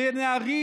כשנערים,